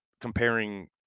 comparing